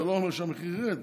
זה לא אומר שהמחיר ירד,